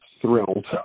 thrilled